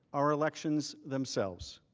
our elections themselves.